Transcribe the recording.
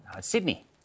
Sydney